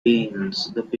bishop